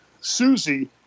Susie